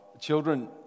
Children